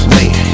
Wait